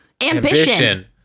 ambition